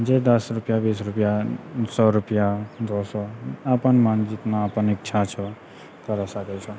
जे दस रुपआ बीस रुपआ सए रुपआ दो सए अपन मन जितना अपन इच्छा छौ करो सकै छो